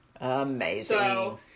Amazing